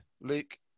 Luke